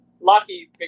lucky